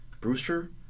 Brewster